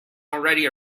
already